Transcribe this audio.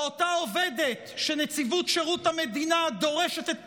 ואותה עובדת שנציבות שירות המדינה דורשת את פיטוריה,